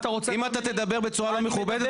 אם אתה תדבר בצורה לא מכובדת,